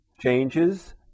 changes